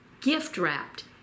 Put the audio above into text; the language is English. gift-wrapped